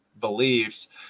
beliefs